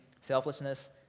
selflessness